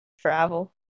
Travel